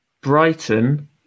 Brighton